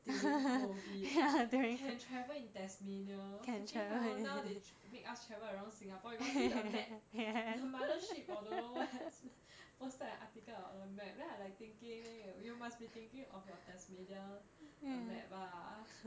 during COVID can travel in tasmania freaking hell now they tra~ make us travel around singapore you got see the map the mothership or don't know what posted an article about the map then I like thinking you must be thinking of your tasmania uh map ah